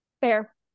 Fair